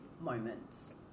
moments